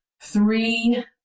three